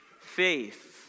faith